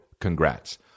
congrats